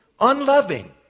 unloving